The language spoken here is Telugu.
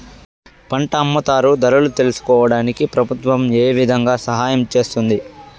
పంట అమ్ముతారు ధరలు తెలుసుకోవడానికి ప్రభుత్వం ఏ విధంగా సహాయం చేస్తుంది?